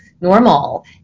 normal